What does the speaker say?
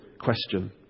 question